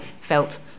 felt